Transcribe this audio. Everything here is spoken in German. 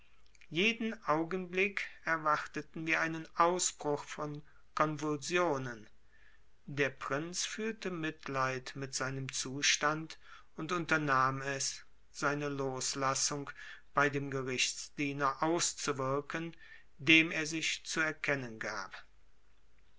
jeden augenblick erwarteten wir einen ausbruch von konvulsionen der prinz fühlte mitleid mit seinem zustand und unternahm es seine loslassung bei dem gerichtsdiener auszuwirken dem er sich zu erkennen gab